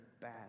bad